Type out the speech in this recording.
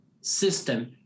system